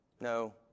no